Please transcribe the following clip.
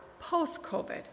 post-COVID